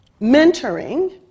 mentoring